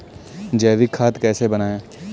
जैविक खाद कैसे बनाएँ?